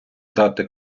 дати